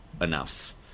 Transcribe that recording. enough